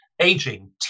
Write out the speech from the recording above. aging